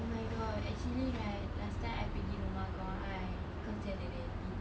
oh my god actually right last time I pergi rumah kawan I cause dia ada rabbit